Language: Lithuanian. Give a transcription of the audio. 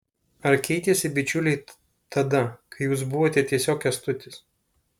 ar keitėsi bičiuliai tada kai jūs buvote tiesiog kęstutis